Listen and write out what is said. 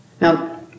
Now